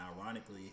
ironically